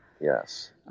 Yes